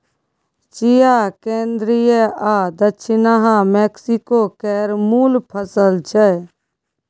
चिया केंद्रीय आ दछिनाहा मैक्सिको केर मुल फसल छै